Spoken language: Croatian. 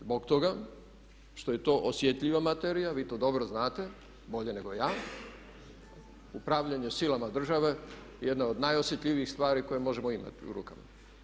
Zbog toga što je to osjetljiva materija, vi to dobro znate, bolje nego ja, upravljanje silama države je jedna od najosjetljivijih stvari koje možemo imati u rukama.